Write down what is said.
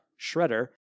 Shredder